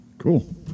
Cool